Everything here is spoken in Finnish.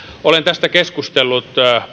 olen tästä keskustellut